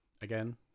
again